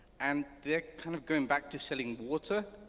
and they're kind of going back to selling water,